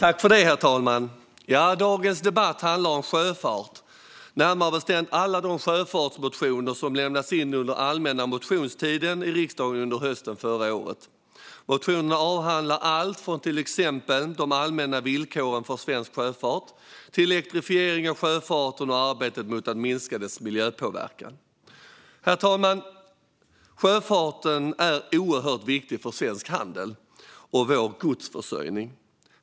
Herr talman! Dagens debatt handlar om sjöfart, eller närmare bestämt om alla de sjöfartsmotioner som lämnats in under allmänna motionstiden i riksdagen under hösten förra året. Motionerna avhandlar allt från till exempel de allmänna villkoren för svensk sjöfart till elektrifiering av sjöfarten och arbetet med att minska dess miljöpåverkan. Herr talman! Sjöfarten är oerhört viktig för svensk handel och för Sveriges godsförsörjning.